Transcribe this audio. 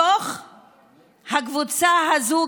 מתוך הקבוצה הזאת,